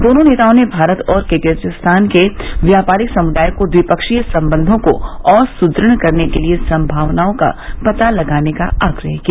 दोनों नेताओं ने भारत और किर्गिज्तान के व्यापारिक समुदाय को द्वपिक्षीय संबंधों को और सुद्गढ करने के लिए संभावनाओं का पता लगाने का आग्रह किया